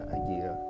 idea